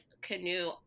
canoe